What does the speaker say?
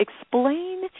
explain